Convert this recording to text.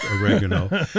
oregano